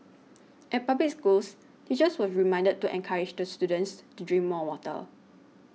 at public schools teachers were reminded to encourage the students to drink more water